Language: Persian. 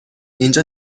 اینجا